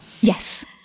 Yes